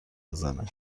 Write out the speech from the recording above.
بزنه